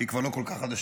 שהיא כבר לא כל כך חדשה,